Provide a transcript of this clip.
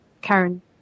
Karen